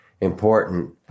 important